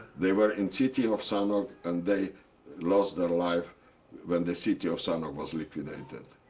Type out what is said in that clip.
they were in city of sanok. and they lost their life when the city of sanok was liquidated.